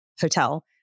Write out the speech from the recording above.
Hotel